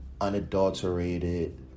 unadulterated